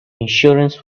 insurance